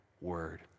word